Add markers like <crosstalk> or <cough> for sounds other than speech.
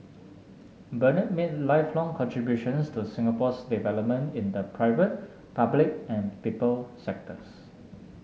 <noise> Bernard made lifelong contributions to Singapore's development in the private public and people sectors